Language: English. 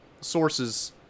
sources